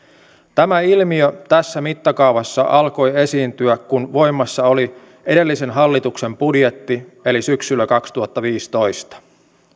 tämä ilmiö tässä mittakaavassa alkoi esiintyä kun voimassa oli edellisen hallituksen budjetti eli syksyllä kaksituhattaviisitoista